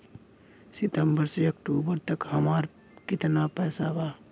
सितंबर से अक्टूबर तक हमार कितना पैसा बा?